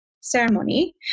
ceremony